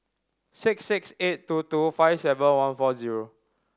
six six eight two two five seven one four zero